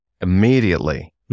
immediately